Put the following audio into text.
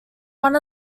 one